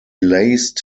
laced